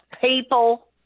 people